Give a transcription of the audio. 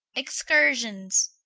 excursions.